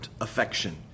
affection